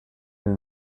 and